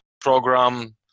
program